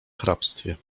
hrabstwie